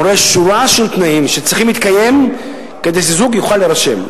מורה שורה של תנאים שצריכים להתקיים כדי שבני-זוג יוכלו להירשם.